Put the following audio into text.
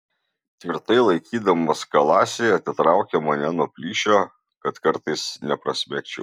tvirtai laikydamas kalasi atitraukė mane nuo plyšio kad kartais neprasmegčiau